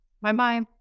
Bye-bye